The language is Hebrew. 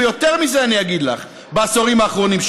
ויותר מזה אני אגיד לך: בעשורים האחרונים,